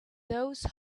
those